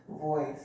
voice